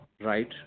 right